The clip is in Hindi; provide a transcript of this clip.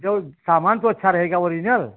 जौ सामान तो अच्छा रहेगा ओरिजनल